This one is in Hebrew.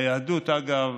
ביהדות, אגב,